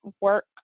work